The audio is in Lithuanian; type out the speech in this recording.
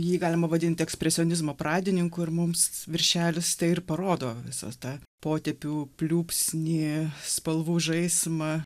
jį galima vadint ekspresionizmo pradininku ir mums viršelis tai ir parodo visą tą potėpių pliūpsnį spalvų žaismą